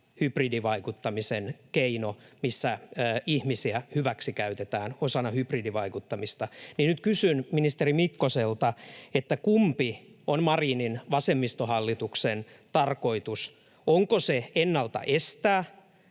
hybridivaikuttamisen keino — missä ihmisiä hyväksikäytetään osana hybridivaikuttamista — niin nyt kysyn ministeri Mikkoselta, kumpi on Marinin vasemmistohallituksen tarkoitus: Onko se ennalta estää